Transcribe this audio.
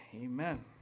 amen